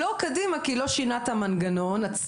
לא קדימה כי הוא לא שינה את המנגנון עצמו,